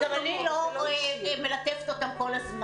גם אני לא מלטפת אותם כל הזמן.